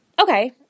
Okay